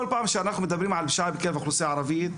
כל פעם שאנחנו מדברים על --- והאוכלוסייה הערבית,